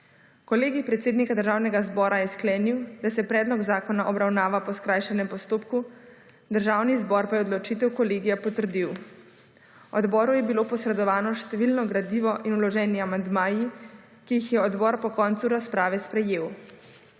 Kolegij predsednika Državnega zbora je sklenil, da se predlog zakona obravnava po skrajšanem postopku. Državni zbor pa je odločitev kolegija potrdil. Odboru je bilo posredovano številno gradivo in vloženi amandmaji, ki jih je odbor po koncu razprave sprejel.